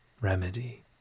remedy